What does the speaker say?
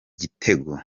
gitego